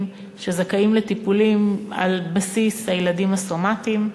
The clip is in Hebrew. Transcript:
שזכאים לטיפולים על בסיס הילדים הסומטיים.